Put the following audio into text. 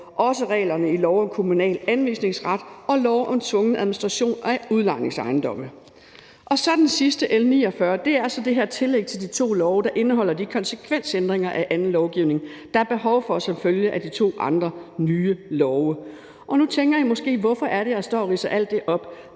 også reglerne i lov om kommunal anvisningsret og lov om tvungen administration af udlejningsejendomme. Det sidste, L 49, er så det her tillæg til de to love, der indeholder de konsekvensændringer af anden lovgivning, der er behov for som følge af de to andre nye love. Og nu tænker man måske: Hvorfor er det, jeg står og ridser alt det op?